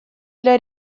для